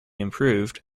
improved